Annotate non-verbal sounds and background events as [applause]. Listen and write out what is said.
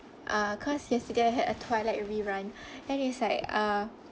uh cause yesterday I had a twilight rerun [breath] then it's like uh